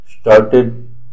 started